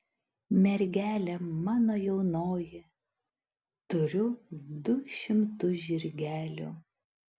mergelė mano jaunoji turiu du šimtu žirgelių